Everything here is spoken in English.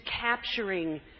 capturing